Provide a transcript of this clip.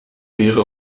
wäre